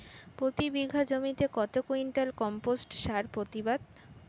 প্রতি বিঘা জমিতে কত কুইন্টাল কম্পোস্ট সার প্রতিবাদ?